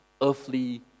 earthly